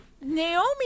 Naomi